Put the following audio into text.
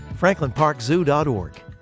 FranklinParkZoo.org